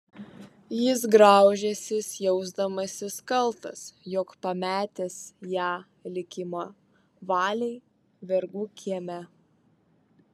jis graužęsis jausdamasis kaltas jog pametęs ją likimo valiai vergų kieme